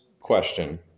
question